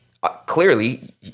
clearly